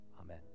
Amen